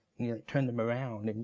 you know turned them around.